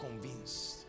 convinced